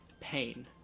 pain